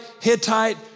Hittite